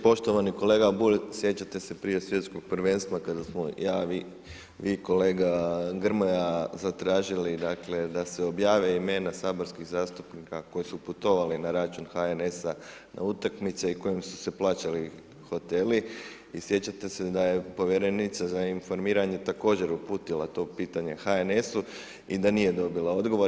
Poštovani kolega Bulj, sjećate se prije Svjetskog prvenstva kada smo ja, vi, kolega Grmoja, zatražili, dakle, da se objave imena saborskih zastupnika koji su putovali na račun HNS-a na utakmice i kojima su se plaćali hoteli i sjećate se da je Povjerenica za informiranje također uputila to pitanje HNS-u i da nije dobila odgovor.